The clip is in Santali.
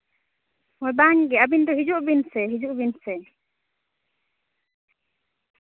ᱦᱳᱭ ᱵᱟᱝ ᱜᱮ ᱟᱹᱵᱤᱱ ᱫᱚ ᱦᱤᱡᱩ ᱵᱤᱱ ᱥᱮ ᱦᱤᱡᱩᱜ ᱵᱤᱱ ᱥᱮ